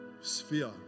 sphere